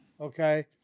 okay